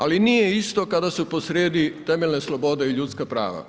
Ali nije isto kada su posrijedi temeljne sloboda i ljudska prava.